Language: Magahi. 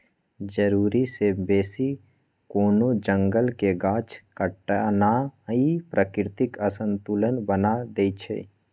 जरूरी से बेशी कोनो जंगल के गाछ काटनाइ प्राकृतिक असंतुलन बना देइछइ